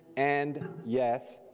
and yes,